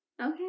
Okay